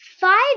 five